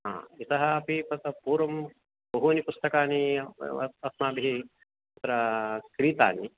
हा इतः अपि तत्र पूर्वं बहूनि पुस्तकानि अस्माभिः तत्र क्रीतानि